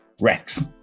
Rex